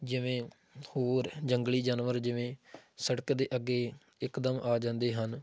ਜਿਵੇਂ ਹੋਰ ਜੰਗਲੀ ਜਾਨਵਰ ਜਿਵੇਂ ਸੜਕ ਦੇ ਅੱਗੇ ਇਕਦਮ ਆ ਜਾਂਦੇ ਹਨ